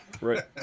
right